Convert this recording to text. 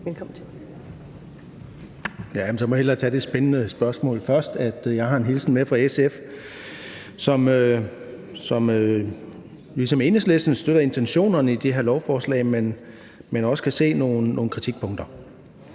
jeg hellere svare på det spændende spørgsmål først og sige, at jeg har en hilsen med fra SF, som ligesom Enhedslisten støtter intentionerne i det her lovforslag, men også kan se nogle kritikpunkter.